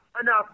enough